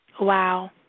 wow